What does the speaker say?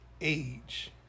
age